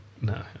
No